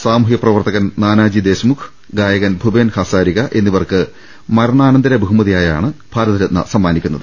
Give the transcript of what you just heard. സാമൂഹ്യപ്രവർത്തകൻ നാനാജി ദേശ്മുഖ് ഗായകൻ ഭുപേൻ ഹസാരിക എന്നിവർക്ക് മരണാനന്തര ബഹുമതിയായാണ് ഭാരതരത്ന സമ്മാനിക്കുന്നത്